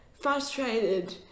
frustrated